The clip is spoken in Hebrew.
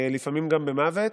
לפעמים גם במוות.